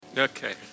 Okay